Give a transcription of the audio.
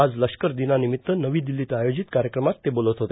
आज लष्कर दिनानिमित्त नवी दिल्लीत आयोजित कार्यक्रमात ते बोलत होते